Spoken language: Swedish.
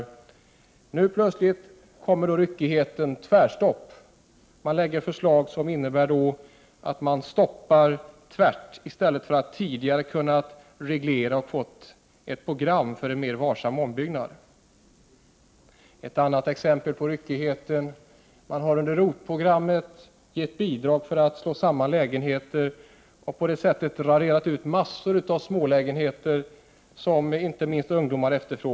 Nu kommer plötsligt ett tvärstopp. I stället för att reglera verksamheten tidigare och utforma ett program för en mer varsam ombyggnad lägger man fram ett förslag som innebär att man tvärt stoppar ombyggnader. Ett annat exempel på ryckigheten är att man under ROT-programmet utgett bidrag för att slå samman lägenheter, och man har på det sättet raderat ut massor av smålägenheter som inte minst efterfrågas av ungdomar.